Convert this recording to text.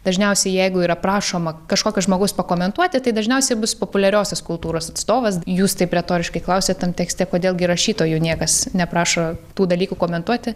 dažniausiai jeigu yra prašoma kažkokio žmogaus pakomentuoti tai dažniausiai bus populiariosios kultūros atstovas jūs taip retoriškai klausėt tam tekste kodėl gi rašytojų niekas neprašo tų dalykų komentuoti